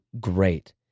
great